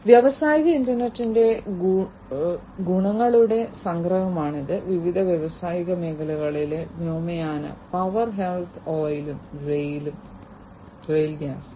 വ്യാവസായിക ഇൻറർനെറ്റിന്റെ ഗുണങ്ങളുടെ സംഗ്രഹമാണിത് വിവിധ വ്യാവസായിക മേഖലകളിലെ വ്യോമയാന പവർ ഹെൽത്ത് ഓയിലും റെയിൽ ഗ്യാസും